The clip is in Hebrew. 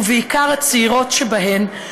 ובעיקר הצעירות שבהן,